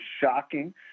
shocking